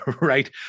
Right